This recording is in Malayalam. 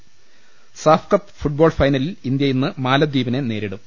്മ് സാഫ് കപ്പ് ഫുട്ബോൾ ഫൈനലിൽ ഇന്ത്യ ഇന്ന് മാലദ്വീപിനെ നേരിടും